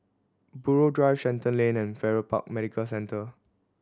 Buroh Drive Shenton Lane and Farrer Park Medical Centre